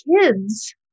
kids